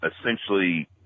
essentially